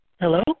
Hello